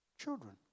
children